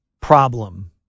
problem